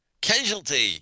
Casualty